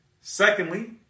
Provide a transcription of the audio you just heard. Secondly